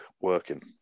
working